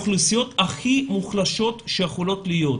באוכלוסיות הכי מוחלשות שיכולות להיות.